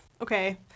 okay